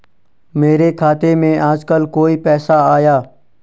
मेरे खाते में आजकल कोई पैसा आया?